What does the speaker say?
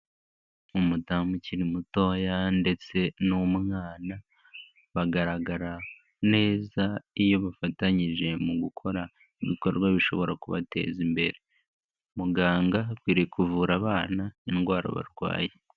Umudamu ukiri mutoya ndetse n'umwana, bagaragara neza iyo bafatanyije mu gukora ibikorwa bishobora kubateza imbere, muganga akwiriye kuvura abana indwara barwaye.